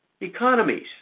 economies